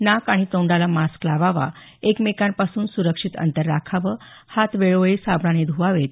नाक आणि तोंडाला मास्क लावावा एकमेकांपासून सुरक्षित अंतर राखावं हात वेळोवेळी साबणाने धुवावेत